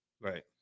Right